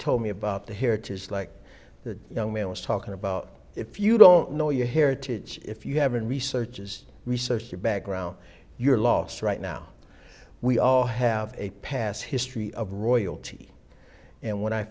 told me about the here just like the young man was talking about if you don't know your heritage if you haven't researches research your background your loss right now we all have a past history of royalty and when i